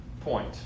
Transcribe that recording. point